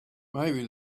maybe